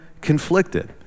conflicted